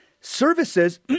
Services